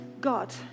God